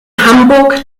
hamburg